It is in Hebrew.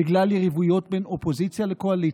בגלל יריבויות בין אופוזיציה לקואליציה,